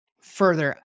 further